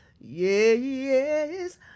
yes